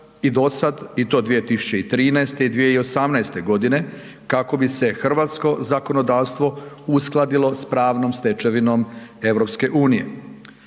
i dosad i to 2013. i 2018. g. kako bi se hrvatsko zakonodavstvo uskladilo s pravnom stečevinom EU-a.